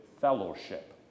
fellowship